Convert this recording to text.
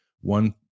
one